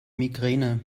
migräne